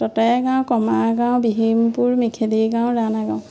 ততয়া গাঁও কমাৰ গাঁও বিহীমপুৰ মেখেলি গাঁও ৰাণা গাঁও